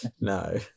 No